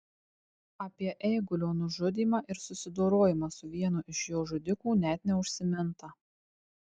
apie eigulio nužudymą ir susidorojimą su vienu iš jo žudikų net neužsiminta